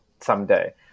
someday